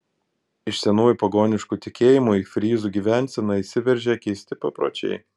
iš senųjų pagoniškų tikėjimų į fryzų gyvenseną įsiveržė keisti papročiai